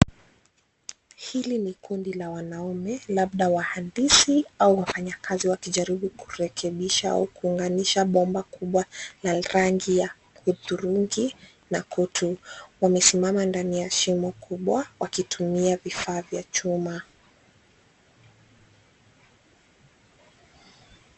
Hili ni kundi la wanaume labda wahandisi au wafanya kazi wakijaribu kurekebisha au kuunganisha bomba kubwa la rangi ya hudhurungi na kutu. Wamesimama ndani ya shimo kubwa wakitumia vifaa vya chuma.